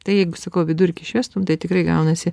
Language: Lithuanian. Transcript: tai jeigu sakau vidurkį išvestum tai tikrai gaunasi